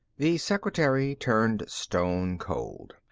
the secretary turned stone cold.